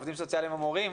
עובדים סוציאליים או מורים,